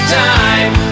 time